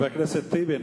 חבר הכנסת טיבי,